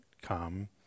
come